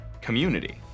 community